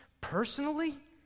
personally